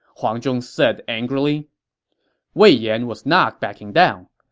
huang zhong said angrily wei yan was not backing down.